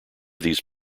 these